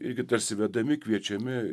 irgi tarsi vedami kviečiami